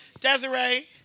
Desiree